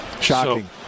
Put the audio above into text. Shocking